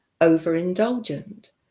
overindulgent